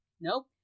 nope